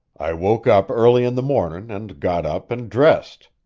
i woke up early in the mornin' and got up and dressed.